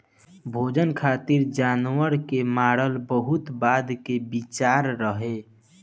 भोजन खातिर जानवर के मारल बहुत बाद के विचार रहे